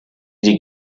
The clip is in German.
die